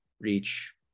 reach